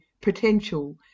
potential